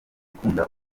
ukunda